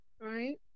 right